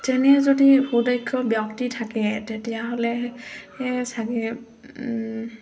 তেনে যদি সুদক্ষ ব্যক্তি থাকে তেতিয়াহ'লে চাগে